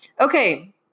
Okay